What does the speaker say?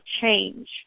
change